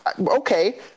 Okay